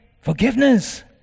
Forgiveness